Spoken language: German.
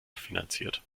finanziert